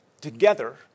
Together